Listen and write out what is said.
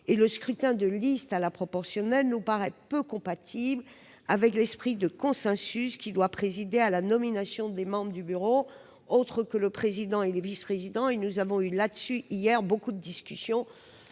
et le scrutin de liste à la proportionnelle nous paraît peu compatible avec l'esprit de consensus qui doit présider à la nomination des membres du bureau, autres que le président et les vice-présidents. Nous avons longuement débattu de ce sujet